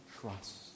trust